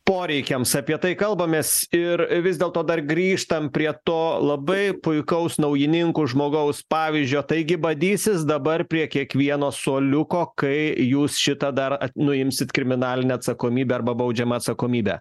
poreikiams apie tai kalbamės ir vis dėlto dar grįžtam prie to labai puikaus naujininkų žmogaus pavyzdžio taigi badysis dabar prie kiekvieno suoliuko kai jūs šitą dar nuimsit kriminalinę atsakomybę arba baudžiamą atsakomybę